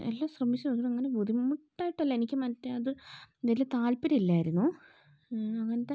എല്ലാം ശ്രമിച്ചു ഒന്നിനും ബുദ്ധിമുട്ട് ആയിട്ടല്ല എനിക്ക് മറ്റേത് അതിൽ താല്പര്യം ഇല്ലായിരുന്നു അങ്ങനത്തെ